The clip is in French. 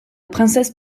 princesse